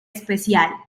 especial